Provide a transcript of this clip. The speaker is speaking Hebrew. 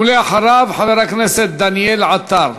ואחריו, חבר הכנסת דניאל עטר.